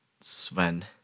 Sven